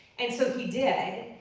and so he did,